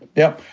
yep.